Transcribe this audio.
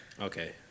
Okay